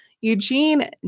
Eugene